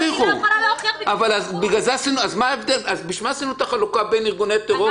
מה זה נקרא להרים נטל?